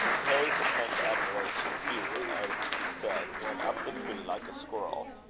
to harry's intense admiration, hugh, as he said, went up the tree like a squirrel,